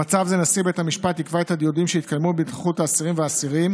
במצב זה נשיא בית משפט יקבע את הדיונים שיתקיימו בנוכחות העצורים והאסירים